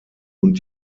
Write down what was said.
und